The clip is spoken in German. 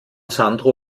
sandro